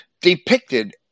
depicted